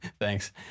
Thanks